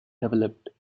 developed